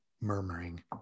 murmuring